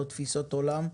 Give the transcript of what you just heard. לא תפיסות עולם,